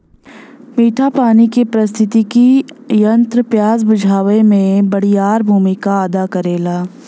मीठा पानी के पारिस्थितिकी तंत्र प्यास बुझावे में बड़ियार भूमिका अदा करेला